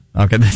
Okay